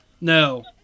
No